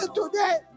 today